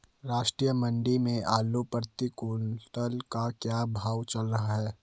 राष्ट्रीय मंडी में आलू प्रति कुन्तल का क्या भाव चल रहा है?